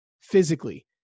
physically